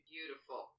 Beautiful